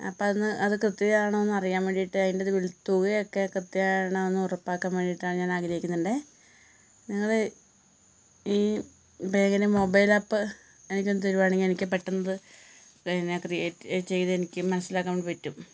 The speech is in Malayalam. അപ്പം അതൊന്ന് അത് കൃത്യം ആണോന്ന് അറിയാൻ വേണ്ടീട്ട് അതിൻ്റെത് തുക ഒക്കെ കൃത്യം ആണോന്ന് ഉറപ്പാക്കാൻ വേണ്ടീട്ടാണ് ഞാൻ ആഗ്രഹിക്കുന്നുണ്ട് നിങ്ങൾ ഈ ബേങ്കിന് മൊബൈൽ ആപ്പ് എനിക്ക് ഒന്ന് തരുവാണെങ്കിൽ എനിക്ക് പെട്ടെന്നത് എന്നാ ക്രിയേറ്റ് ചെയ്ത് എനിക്ക് മനസ്സിലാക്കാൻ വേണ്ടി പറ്റും